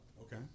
Okay